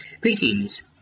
Greetings